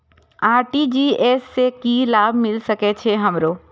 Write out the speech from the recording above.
RTGS से की लाभ मिल सके छे हमरो?